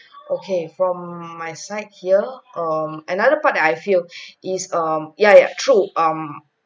okay from my side here um another part that I feel is um yeah yeah true um